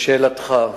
לשאלתך,